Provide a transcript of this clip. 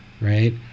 right